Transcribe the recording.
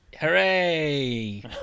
hooray